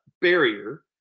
barrier